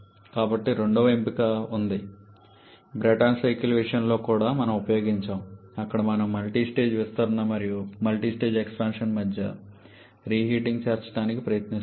కాబట్టి రెండవ ఎంపిక ఉంది బ్రేటన్ సైకిల్ విషయంలో కూడా మనం ఉపయోగించాము అక్కడ మనం మల్టీస్టేజ్ విస్తరణ మరియు మల్టీస్టేజ్ ఎక్స్పాన్షన్ల మధ్య రీహీటింగ్ను చేర్చడానికి ప్రయత్నిస్తాము